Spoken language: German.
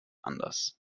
anders